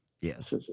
yes